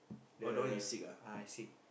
the ah sick